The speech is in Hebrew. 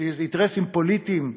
אינטרסים פוליטיים?